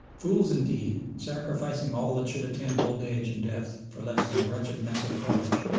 fools indeed, sacrificing all that should attend old age and death for less than a wretched mess of pottage,